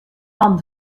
van